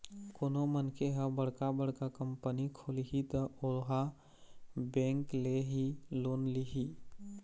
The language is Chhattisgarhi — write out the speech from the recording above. कोनो मनखे ह बड़का बड़का कंपनी खोलही त ओहा बेंक ले ही लोन लिही